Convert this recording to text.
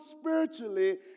spiritually